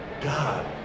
God